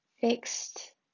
fixed